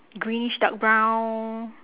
greenish dark brown